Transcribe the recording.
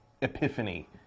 epiphany